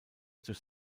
durch